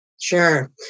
Sure